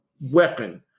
weapon